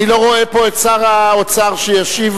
אני לא רואה פה את שר האוצר שישיב.